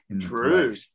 True